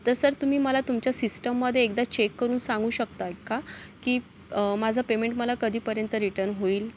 तर सर तुम्ही मला तुमच्या सिस्टममध्ये एकदा चेक करून सांगू शकता आहे का की माझं पेमेंट मला कधीपर्यन्त रिटर्न होईल